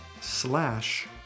slash